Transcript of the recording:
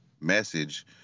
message